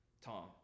Tom